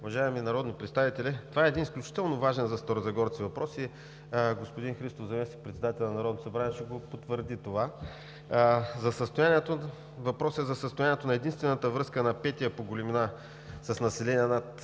уважаеми народни представители! Това е изключително важен за старозагорци въпрос и господин Христов – заместник-председателят на Народното събрание, ще го потвърди. Въпросът е за състоянието на единствената връзка на петия по големина, с население над